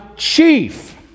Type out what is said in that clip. chief